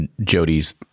Jody's